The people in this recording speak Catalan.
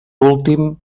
últim